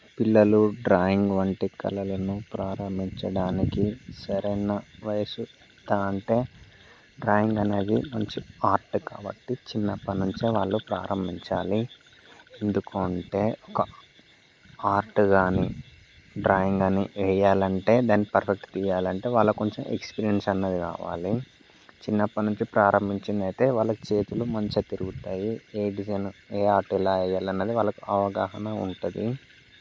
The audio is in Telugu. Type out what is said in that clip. పిల్లలు డ్రాయింగ్ వంటి కళలను ప్రారంభించటానికి సరైన వయసు ఎంత అంటే డ్రాయింగ్ అనేది మంచి ఆర్ట్ కాబట్టి చిన్నప్పటి నుంచే వాళ్ళు ప్రారంభించాలి ఎందుకు అంటే ఒక ఆర్ట్ కాని డ్రాయింగ్ కాని వెయ్యాలంటే దాని పర్ఫెక్ట్ గీయాలంటే వాళ్ళకు కొంచెం ఎక్స్పీరియన్స్ అన్నది రావాలి చిన్నప్పటి నుంచి ప్రారంభించింది అయితే వాళ్ళ చేతులు మంచిగా తిరుగుతాయి ఏ డిజైన్ ఏ ఆర్ట్ ఎలా వెయ్యాలి అన్నది వాళ్ళకి అవగాహన ఉంటుంది